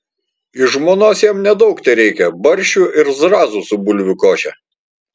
iš žmonos jam nedaug tereikia barščių ir zrazų su bulvių koše